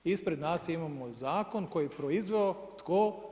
Ispred nas imamo zakon koji je proizveo, tko?